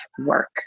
work